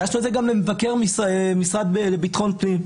הגשנו את זה גם למבקר המשרד לביטחון פנים,